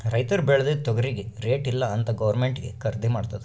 ರೈತುರ್ ಬೇಳ್ದಿದು ತೊಗರಿಗಿ ರೇಟ್ ಇಲ್ಲ ಅಂತ್ ಗೌರ್ಮೆಂಟೇ ಖರ್ದಿ ಮಾಡ್ತುದ್